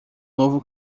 novo